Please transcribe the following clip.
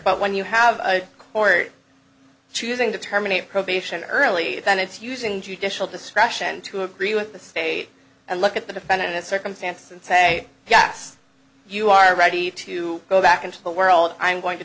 but when you have a court choosing to terminate probation early then it's using judicial discretion to agree with the state and look at the defendant's circumstances and say yes you are ready to go back into the world i'm going to